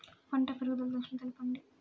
పంట పెరుగుదల దశలను తెలపండి?